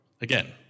Again